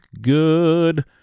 good